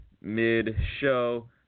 mid-show